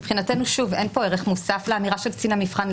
מבחינתנו אין כאן ערך מוסף לאמירה של קצין המבחן,